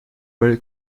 very